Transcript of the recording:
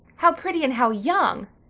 how pretty and how young!